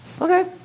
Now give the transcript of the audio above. Okay